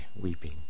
weeping